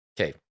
okay